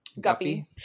Guppy